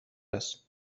است